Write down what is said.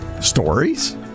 stories